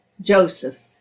Joseph